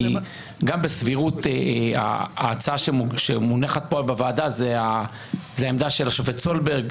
כי גם בסבירות ההצעה שמונחת פה בוועדה זו העמדה של השופט סולברג,